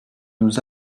nous